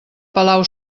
palau